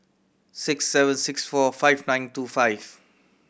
six seven six four five nine two five